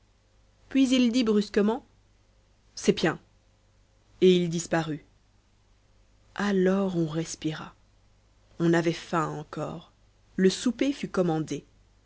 puis il dit brusquement c'est pien et il disparut alors on respira on avait faim encore le souper fut commandé